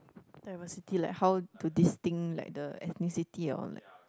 diversity like how to this thing like the ethnicity and all like